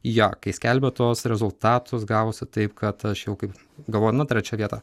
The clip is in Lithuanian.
jo kai skelbė tuos rezultatus gavosi taip kad aš jau kaip galvoju nu trečia vieta